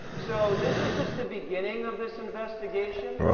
so this is just the beginning of this investigation.